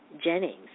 Jennings